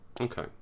Okay